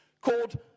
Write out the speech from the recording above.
called